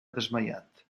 desmaiat